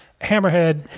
Hammerhead